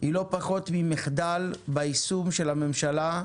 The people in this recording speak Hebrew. היא לא פחות ממחדל ביישום של הממשלה,